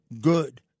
good